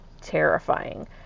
terrifying